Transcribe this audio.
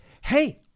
Hey